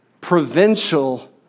provincial